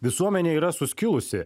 visuomenė yra suskilusi